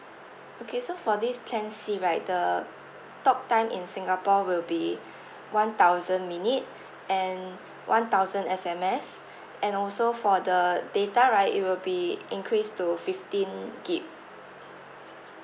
okay so for this plan C right the talk time in singapore will be one thousand minute and one thousand S_M_S and also for the data right it will be increased to fifteen gig